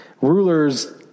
ruler's